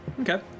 Okay